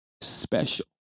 special